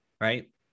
right